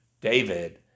David